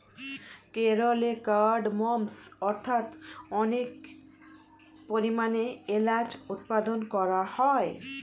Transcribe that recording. কেরলে কার্ডমমস্ অর্থাৎ অনেক পরিমাণে এলাচ উৎপাদন করা হয়